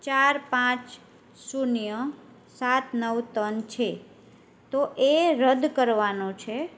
ચાર પાંચ શૂન્ય સાત નવ તન છે તો એ રદ કરવાનો છે